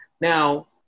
Now